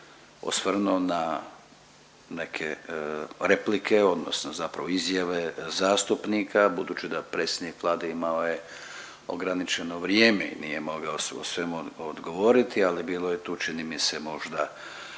osvrnuo na neke replike, odnosno zapravo izjave zastupnika budući da predsjednik Vlade imao je ograničeno vrijeme i nije mogao o svemu odgovoriti, ali bilo je tu čini mi se možda